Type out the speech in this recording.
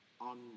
on